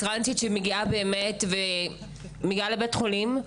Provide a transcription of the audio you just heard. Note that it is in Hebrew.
לעניין טרנסית שמגיעה לבית חולים,